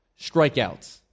strikeouts